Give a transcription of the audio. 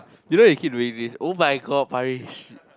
you know you keep doing this [oh]-my-God Parish